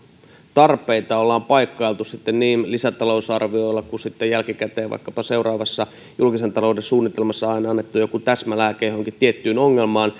tarpeita ollaan paikkailtu niin lisätalousarvioilla kuin sitten jälkikäteen vaikkapa seuraavassa julkisen talouden suunnitelmassa on aina annettu jokin täsmälääke johonkin tiettyyn ongelmaan